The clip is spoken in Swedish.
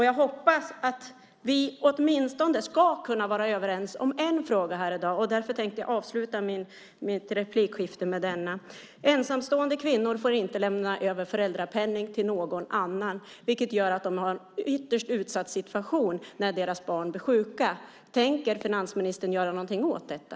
Jag hoppas att vi ska kunna vara överens om åtminstone en fråga här i dag. Därför tänkte jag avsluta replikskiftet med den. Ensamstående kvinnor får inte lämna över föräldrapenning till någon annan. Det gör att de har en ytterst utsatt situation när deras barn blir sjuka. Tänker finansministern göra något åt detta?